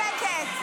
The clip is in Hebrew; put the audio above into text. שבי בשקט.